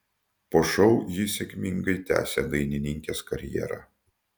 po šou ji sėkmingai tęsė dainininkės karjerą